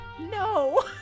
No